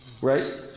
right